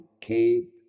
keep